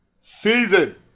season